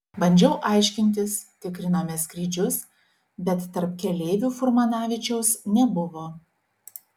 bandžiau aiškintis tikrinome skrydžius bet tarp keleivių furmanavičiaus nebuvo